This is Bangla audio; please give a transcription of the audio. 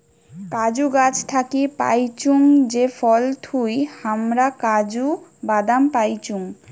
কাজু গাছ থাকি পাইচুঙ যে ফল থুই হামরা কাজু বাদাম পাইচুং